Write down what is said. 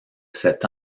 sept